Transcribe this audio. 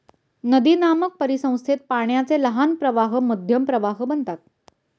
नदीनामक परिसंस्थेत पाण्याचे लहान प्रवाह मध्यम प्रवाह बनतात